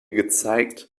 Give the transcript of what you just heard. gezeigt